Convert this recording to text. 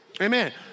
Amen